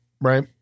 right